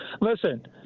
Listen